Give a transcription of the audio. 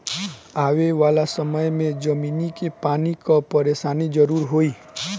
आवे वाला समय में जमीनी के पानी कअ परेशानी जरूर होई